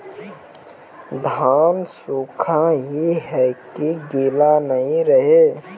धान सुख ही है की गीला नहीं रहे?